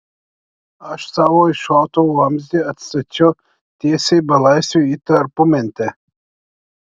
aš savojo šautuvo vamzdį atstačiau tiesiai belaisviui į tarpumentę